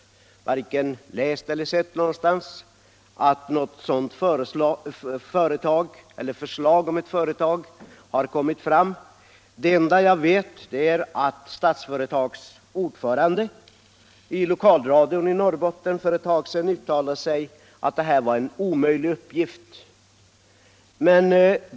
Jag har varken läst eller sett någonstans att något sådant företag eller förslag till företag har kommit fram. Det enda jag vet är att Statsföretags ordförande i lokalradion i Norrbotten för ett tag sedan uttalade att detta var en omöjlig uppgift.